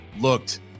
looked